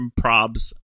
Probs